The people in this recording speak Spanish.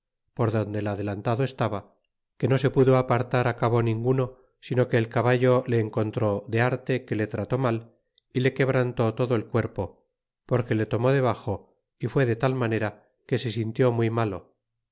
por donde el adelantado estaba que no se pudo apartar á cabo ninguno sino que el caballo e encontró de arte que le trató mal y le quebrantó todo el cuerpo porque le tomó debaxo y ruede tal manera que se sintió muy malo